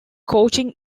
coaching